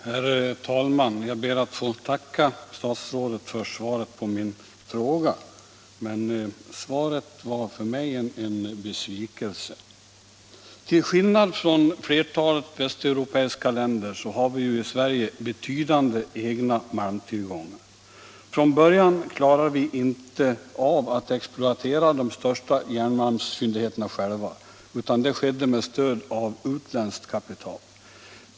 Herr talman! Jag ber att få tacka statsrådet för svaret, som dock var en besvikelse för mig. Till skillnad från flertalet västeuropeiska länder har vi i Sverige betydande egna malmtillgångar. Från början klarade vi inte av att exploatera de största järnmalmsfyndigheterna själva, utan det skedde med stöd av utländskt kapital.